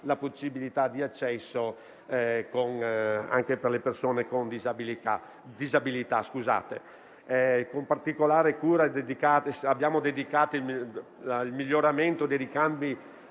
la possibilità di accesso anche alle persone con disabilità. Particolare cura abbiamo dedicato al miglioramento dei ricambi